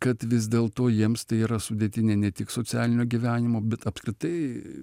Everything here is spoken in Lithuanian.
kad vis dėlto jiems tai yra sudėtinė ne tik socialinio gyvenimo bet apskritai